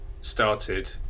started